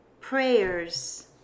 prayers